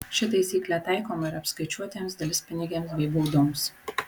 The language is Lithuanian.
ši taisyklė taikoma ir apskaičiuotiems delspinigiams bei baudoms